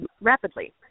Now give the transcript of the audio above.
rapidly